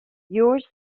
yours